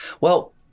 Well-